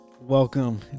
welcome